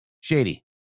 Shady